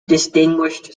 distinguished